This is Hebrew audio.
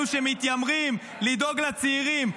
אלה שמתיימרים לדאוג לצעירים,